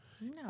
No